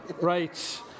Right